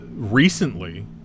Recently